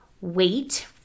wait